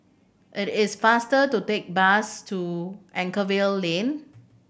it is faster to take bus to Anchorvale Lane